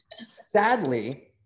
Sadly